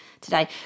today